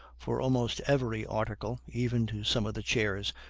for almost every article, even to some of the chairs,